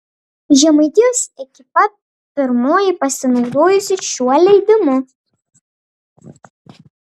žemaitijos ekipa pirmoji pasinaudojusi šiuo leidimu